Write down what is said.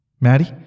Maddie